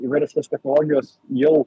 įvairios tos technologijos jau